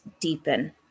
deepen